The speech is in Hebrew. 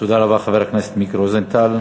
תודה רבה, חבר הכנסת מיקי רוזנטל.